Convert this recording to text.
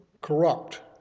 corrupt